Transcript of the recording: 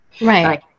Right